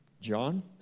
John